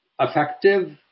effective